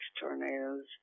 tornadoes